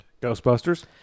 Ghostbusters